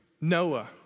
Noah